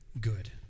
good